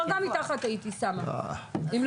הייתי שמה דרגה מתחת לנציבה.